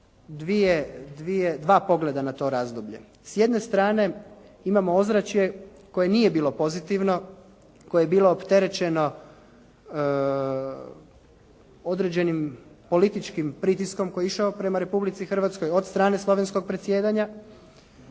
dva poglavlja na to razdoblje. S jedne strane imamo ozračje koje nije bilo pozitivno, koje je bilo opterećeno određenim političkim pritiskom koji je išao prema Republici Hrvatskoj od strane slovenskog predsjedanja.